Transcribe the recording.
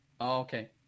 Okay